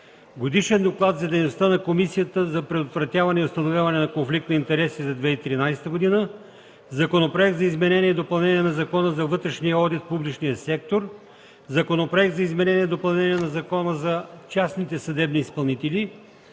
Годишен доклад за дейността на Комисията за предотвратяване и установяване на конфликт на интереси за 2013 г.; - Законопроект за изменение и допълнение на Закона за вътрешния одит в публичния сектор; - Законопроект за изменение и допълнение на Закона за частните съдебни изпълнители;